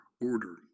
order